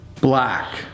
black